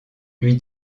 lui